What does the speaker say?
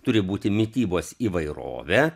turi būti mitybos įvairovė